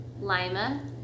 Lima